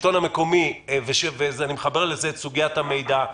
אני מחבר לזה את סוגיית המידע.